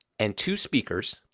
and two speakers.